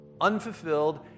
unfulfilled